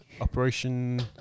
Operation